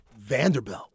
Vanderbilt